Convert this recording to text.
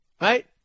Right